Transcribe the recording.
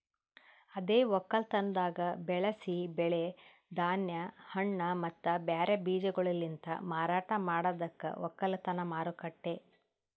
ಅದೇ ಒಕ್ಕಲತನದಾಗ್ ಬೆಳಸಿ ಬೆಳಿ, ಧಾನ್ಯ, ಹಣ್ಣ ಮತ್ತ ಬ್ಯಾರೆ ಬೀಜಗೊಳಲಿಂತ್ ಮಾರಾಟ ಮಾಡದಕ್ ಒಕ್ಕಲತನ ಮಾರುಕಟ್ಟೆ